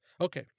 Okay